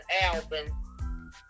album